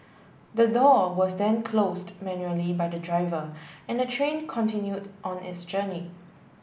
the door was then closed manually by the driver and the train continued on its journey